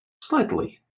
slightly